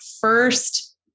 first